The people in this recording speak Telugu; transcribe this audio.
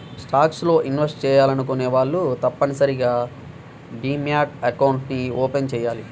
స్టాక్స్ లో ఇన్వెస్ట్ చెయ్యాలనుకునే వాళ్ళు తప్పనిసరిగా డీమ్యాట్ అకౌంట్ని ఓపెన్ చెయ్యాలి